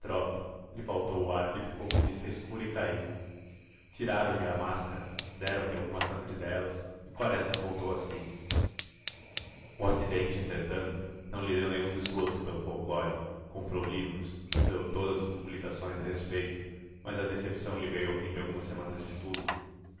estrofe lhe faltou o ar lhe ficou a vista escura e caiu tiraram lhe a máscara deram-lhe algumas sacudidelas e quaresma voltou a si o acidente entretanto não lhe deu nenhum desgosto pelo folklore comprou livros leu todas as publicações a respeito mas a decepção lhe veio ao fim de algumas semanas de estudo